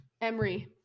Emery